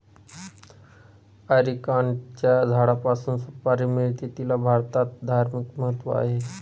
अरिकानटच्या झाडापासून सुपारी मिळते, तिला भारतात धार्मिक महत्त्व आहे